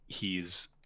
hes